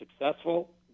successful